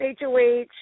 HOH